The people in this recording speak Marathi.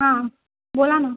हां बोला ना